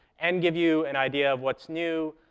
and give you an idea of what's new,